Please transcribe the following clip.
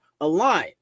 align